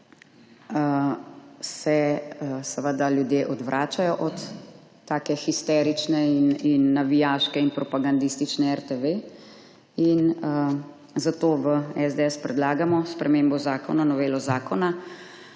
se seveda ljudje odvračajo od take histerične in navijaške in propagandistične RTV in zato v SDS predlagamo spremembo zakona, novelo zakona.